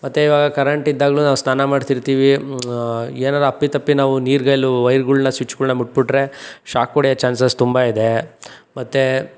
ಮತ್ತೆ ಈವಾಗ ಕರೆಂಟ್ ಇದ್ದಾಗಲೂ ನಾವು ಸ್ನಾನ ಮಾಡ್ತಿರ್ತೀವಿ ಏನಾನ ಅಪ್ಪಿ ತಪ್ಪಿ ನಾವು ನೀರುಗೈಲಿ ವೈರ್ಗಳನ್ನ ಸ್ವಿಚ್ಗಳನ್ನ ಮುಟ್ಬಿಟ್ರೆ ಶಾಕ್ ಹೊಡೆಯೋ ಚಾನ್ಸಸ್ ತುಂಬ ಇದೆ ಮತ್ತೆ